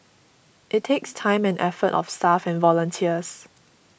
it takes time and effort of staff and volunteers